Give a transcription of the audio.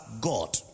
God